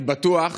אני בטוח